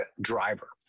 driver